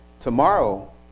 tomorrow